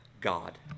God